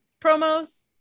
promos